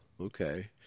Okay